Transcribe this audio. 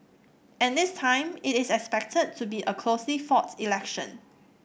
and this time it is expected to be a closely fought election